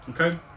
Okay